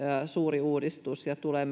suuri uudistus ja tulee